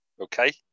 Okay